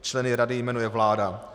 Členy rady jmenuje vláda.